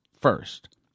first